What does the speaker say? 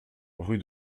rue